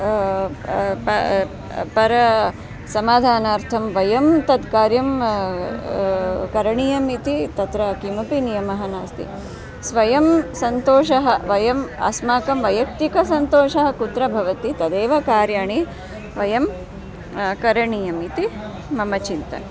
प परसमाधानार्थं वयं तत् कार्यं करणीयम् इति तत्र किमपि नियमः नास्ति स्वयं सन्तोषः वयम् अस्माकं वैयक्तिकसन्तोषः कुत्र भवति तदेव कार्याणि वयं करणीयम् इति मम चिन्तनं